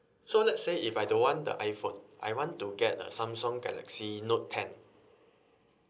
so let's say if I don't want the iphone I want to get a Samsung galaxy note ten